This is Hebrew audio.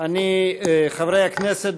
חברי הכנסת,